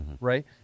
Right